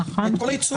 את כל הייצוג.